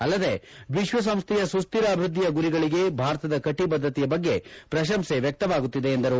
ಅಲ್ಲದೇ ವಿಶ್ವಸಂಸ್ವೆಯ ಸುಸ್ವಿರ ಅಭಿವ್ಯದ್ದಿಯ ಗುರಿಗಳಿಗೆ ಭಾರತದ ಕಟಿಬದ್ದತೆಯ ಬಗ್ಗೆ ಪ್ರಶಂಸೆ ವ್ಯಕ್ತವಾಗುತ್ತಿದೆ ಎಂದರು